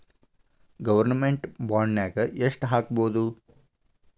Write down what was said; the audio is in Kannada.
ಗೊರ್ಮೆನ್ಟ್ ಬಾಂಡ್ನಾಗ್ ಯೆಷ್ಟ್ ಹಾಕ್ಬೊದು?